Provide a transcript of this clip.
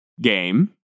game